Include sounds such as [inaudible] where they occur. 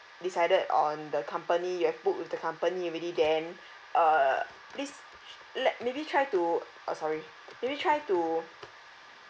decided on the company you have book with the company already then [breath] uh this sh~ let maybe try to uh sorry maybe try to